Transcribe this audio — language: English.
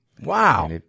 Wow